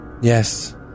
yes